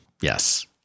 Yes